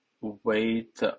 wait